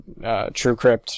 TrueCrypt